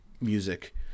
music